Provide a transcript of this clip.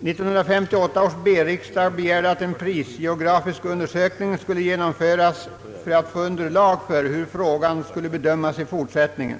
1958 års B-riksdag begärde att en prisgeografisk undersökning skulle genomföras för att ge underlag för frågans bedömning i fortsättningen.